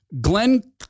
Glenn